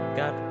got